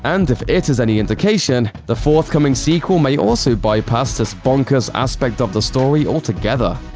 and if it is any indication, the forthcoming sequel may also bypass this bonkers aspect of the story altogether.